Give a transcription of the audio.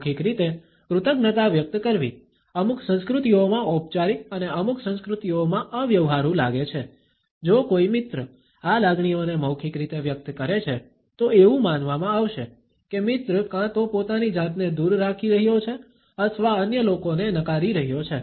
મૌખિક રીતે કૃતજ્ઞતા વ્યક્ત કરવી અમુક સંસ્કૃતિઓમાં ઔપચારિક અને અમુક સંસ્કૃતિઓમાં અવ્યવહારુ લાગે છે જો કોઈ મિત્ર આ લાગણીઓને મૌખિક રીતે વ્યક્ત કરે છે તો એવું માનવામાં આવશે કે મિત્ર કાં તો પોતાની જાતને દૂર રાખી રહ્યો છે અથવા અન્ય લોકોને નકારી રહ્યો છે